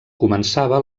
començava